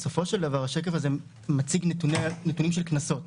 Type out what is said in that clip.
בסופו של דבר השקף הזה מציג נתונים של קנסות,